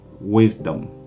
wisdom